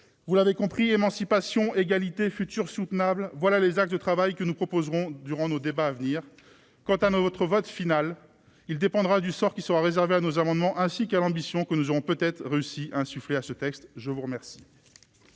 acteurs. Bref, émancipation, égalité et avenir soutenable : voilà les axes de travail que nous proposerons durant nos débats. Quant à notre vote final, il dépendra du sort qui sera réservé à nos amendements, ainsi que de l'ambition que nous aurons peut-être réussi à insuffler à ce texte. La parole